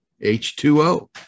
H2O